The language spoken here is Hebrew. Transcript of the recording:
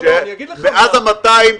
מאז ה-200,